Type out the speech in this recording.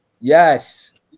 Yes